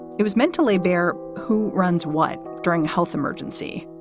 it was meant to lay bare who runs what during a health emergency.